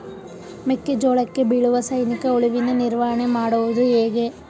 ಮೆಕ್ಕೆ ಜೋಳಕ್ಕೆ ಬೀಳುವ ಸೈನಿಕ ಹುಳುವಿನ ನಿರ್ವಹಣೆ ಮಾಡುವುದು ಹೇಗೆ?